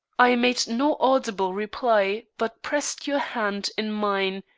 i made no audible reply, but pressed your hand in mine,